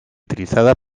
utilizada